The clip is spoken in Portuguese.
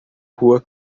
rua